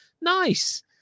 Nice